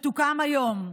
שתוקם היום,